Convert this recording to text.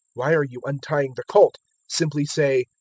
why are you untying the colt simply say,